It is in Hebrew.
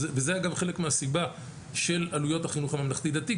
זה אגב חלק מהסיבה של עלויות החינוך הממלכתי-דתי,